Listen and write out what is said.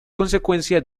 consecuencia